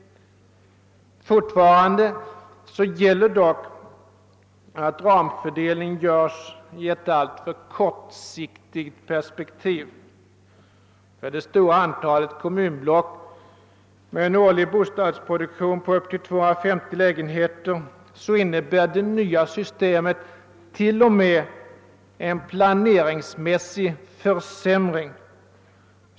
Fortfarande gäller dock att ramfördelningen görs i ett alltför kortsiktigt perspektiv. För det stora antalet kommunblock med en årlig bostadsproduktion på upp till 250 lägenheter innebär det nya systemet t.o.m. en planeringsmässig försämring.